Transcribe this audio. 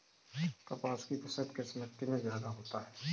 कपास की फसल किस मिट्टी में ज्यादा होता है?